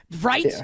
right